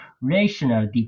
rational